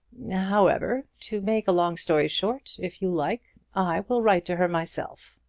however, to make a long story short, if you like, i will write to her myself.